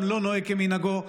עולם לא נוהג כמנהגו.